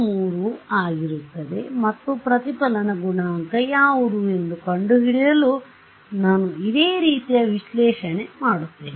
ಸಮೀಕರಣ 3 ಆಗಿರುತ್ತದೆ ಮತ್ತು ಪ್ರತಿಫಲನ ಗುಣಾಂಕ ಯಾವುದು ಎಂದು ಕಂಡುಹಿಡಿಯಲು ನಾನು ಇದೇ ರೀತಿಯ ವಿಶ್ಲೇಷಣೆ ಮಾಡುತ್ತೇನೆ